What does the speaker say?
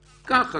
ככה.